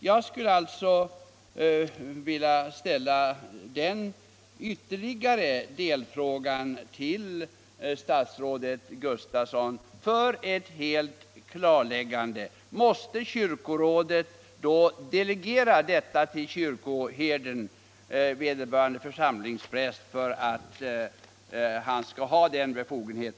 Jag skulle alltså vilja ställa den ytterligare delfrågan till statsrådet Gustafsson för ett helt klarläggande: Måste kyrkorådet delegera denna befogenhet till kyrkoherden eller vederbörande församlingspräst?